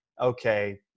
okay